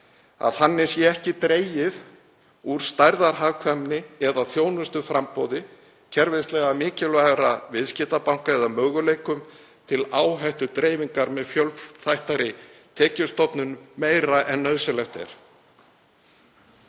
þannig að ekki sé dregið úr stærðarhagkvæmni og þjónustuframboði kerfislega mikilvægra viðskiptabanka eða möguleikum til áhættudreifingar með fjölbreyttari tekjustofnum meira en nauðsynlegt er.